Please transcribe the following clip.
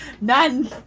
None